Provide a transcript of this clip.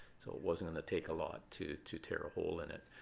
so it wasn't going to take a lot to to tear a hole in it.